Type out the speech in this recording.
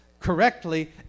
correctly